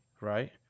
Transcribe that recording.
Right